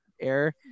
Air